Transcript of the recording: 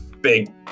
big